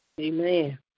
Amen